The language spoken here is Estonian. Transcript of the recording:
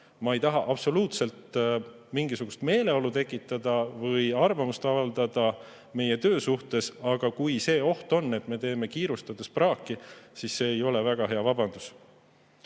Ma ei taha siin absoluutselt mingisugust meeleolu tekitada või arvamust avaldada meie töö kohta, aga kui see oht on, et me teeme kiirustades praaki, siis see ei ole väga hea vabandus.